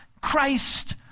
Christ